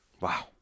Wow